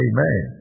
Amen